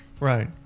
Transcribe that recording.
Right